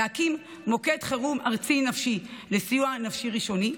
להקים מוקד חירום ארצי נפשי לסיוע נפשי ראשוני.